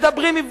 מדברים עברית,